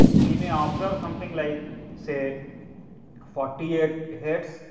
we may ah observe something like say forty eight heads,